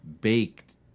baked